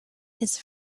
his